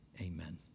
Amen